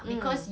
mm